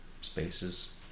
spaces